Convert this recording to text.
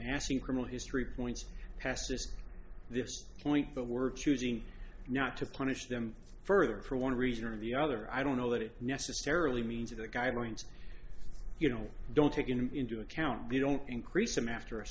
asking criminal history points past this point that we're choosing not to punish them further for one reason or the other i don't know that it necessarily means or the guidelines you know don't take into account they don't increase them after a